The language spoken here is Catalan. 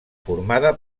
formada